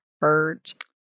hurt